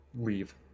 leave